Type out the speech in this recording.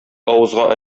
авызга